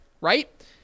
right